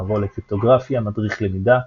מבוא לקריפטוגרפיה מדריך למידה,